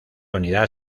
unidad